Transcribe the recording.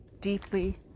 deeply